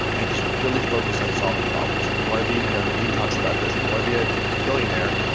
and just really focus on solving problems. if you want to be, and you know naveen talks about this. if you want to be a ah billionaire,